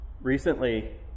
Recently